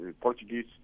Portuguese